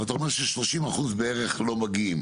אבל אתה אומר ש-30% בערך לא מגיעים.